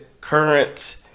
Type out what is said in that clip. current